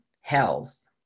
health